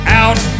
out